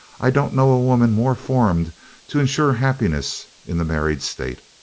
i don't know a woman more formed to insure happiness in the married state.